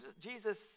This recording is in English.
Jesus